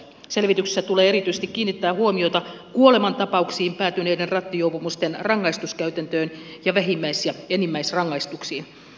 selvityksessä tulee erityisesti kiinnittää huomioita kuolemantapauksiin päätyneiden rattijuopumusten rangaistuskäytäntöön ja vähimmäis ja enimmäisrangaistuksiin